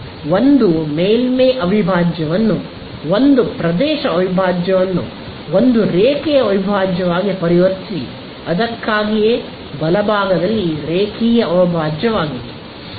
ಒಂದು ಮೇಲ್ಮೈ ಅವಿಭಾಜ್ಯವನ್ನು ಒಂದು ಪ್ರದೇಶ ಅವಿಭಾಜ್ಯವನ್ನು ಒಂದು ರೇಖೆಯ ಅವಿಭಾಜ್ಯವಾಗಿ ಪರಿವರ್ತಿಸಿ ಅದಕ್ಕಾಗಿಯೇ ಬಲ ಭಾಗದಲ್ಲಿ ರೇಖೀಯ ಅವಿಭಾಜ್ಯವಾಯಿತು